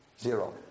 zero